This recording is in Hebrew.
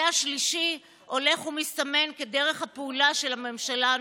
זה השלישי הולך ומסתמן כדרך הפעולה של הממשלה הנוכחית.